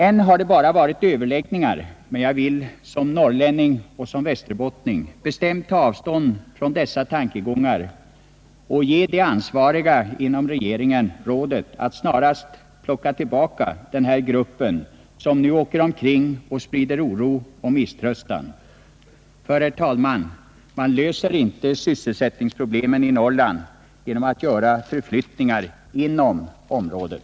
Än har det bara varit överläggningar, men jag vill som norrlänning och västerbottning bestämt ta avstånd från dessa tankegångar och ge de ansvariga inom regeringen rådet att snarast plocka tillbaka den här gruppen, som nu åker omkring och sprider oro och misströstan, ty, herr talman, man löser inte sysselsättningsproblemen i Norrland genom förflyttningar inom området.